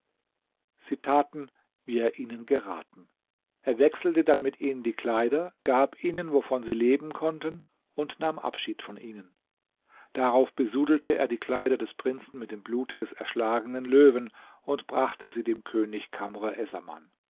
sie taten wie er ihnen geraten er wechselte dann mit ihnen die kleider gab ihnen wovon sie leben konnten und nahm abschied von ihnen darauf besudelte er die kleider der prinzen mit dem blute des erschlagenen löwen und brachte sie dem könig